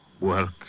work